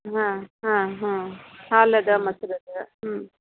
ಹಾಂ ಹಾಂ ಹಾಂ ಹಾಲು ಅದ ಮೊಸ್ರ್ ಅದ ಹ್ಞೂ